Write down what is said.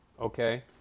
okay